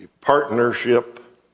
partnership